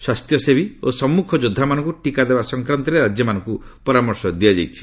ସ୍ୱାସ୍ଥ୍ୟସେବୀ ଓ ସମ୍ମୁଖ ଯୋଦ୍ଧାମାନଙ୍କୁ ଟିକା ଦେବା ସଫକ୍ରାନ୍ତରେ ରାଜ୍ୟମାନଙ୍କୁ ପରାମର୍ଶ ଦିଆଯାଇଛି